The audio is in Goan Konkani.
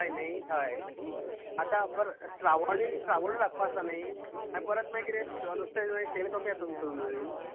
हय न्ही हय आतां परत श्रावणय श्रावणय लागपा आसा न्ही परत मागी कितें नुस्तें सेल कमी आसता तुमचो न्ही